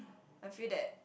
I feel that